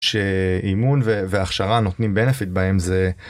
שאימון והכשרה נותנים benefit בהם זה.